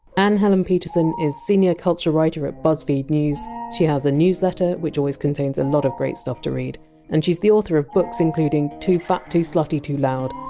anne helen petersen is senior culture writer at buzzfeed news. she has a newsletter, which always contains and lots of great stuff to read and she is the author of books including too fat, too slutty too loud,